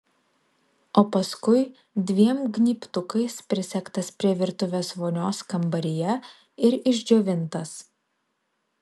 o paskui dviem gnybtukais prisegtas prie virtuvės vonios kambaryje ir išdžiovintas